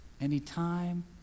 anytime